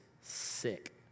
sick